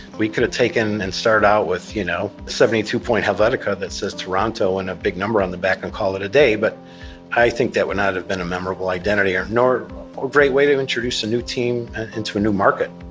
we could have taken and started out with you know, seventy two point helvetica that says toronto and a big number on the back and call it a day but i think that would not have been a memorable identity nor a great way to introduce a new team into a new market.